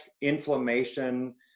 inflammation